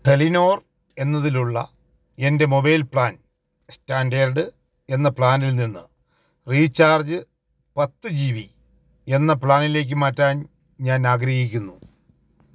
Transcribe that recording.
Telenor എന്നതിലുള്ള എൻ്റെ mobile plan standard എന്ന പ്ലാനിൽ നിന്ന് റീചാർജ് പത്ത് ജി ബി എന്ന പ്ലാനിലേക്ക് മാറ്റാൻ ഞാനാഗ്രഹിക്കുന്നു